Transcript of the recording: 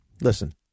Listen